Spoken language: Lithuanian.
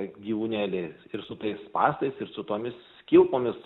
gyvūnėliai ir su tais spąstais ir su tomis kilpomis